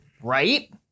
Right